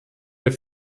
der